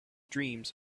dreams